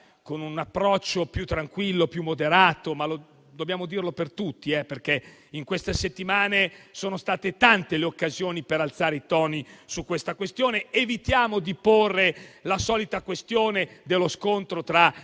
con un approccio più tranquillo e moderato, ma mi rivolgo a tutti, perché in queste settimane sono state tante le occasioni per alzare i toni su tale questione. Evitiamo di porre la solita questione dello scontro tra